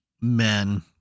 men